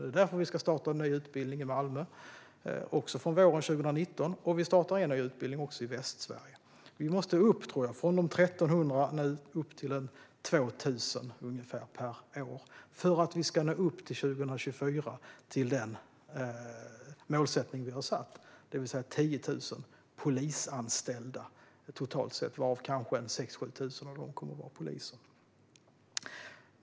Det är därför vi ska starta en ny utbildning i Malmö från våren 2019. Vi startar också en ny utbildning i Västsverige. Jag tror att vi måste upp från 1 300 till ungefär 2 000 per år för att vi ska nå upp till målsättningen för 2024, det vill säga 10 000 polisanställda, totalt sett. Av dem kommer kanske 6 000-7 000 att vara poliser.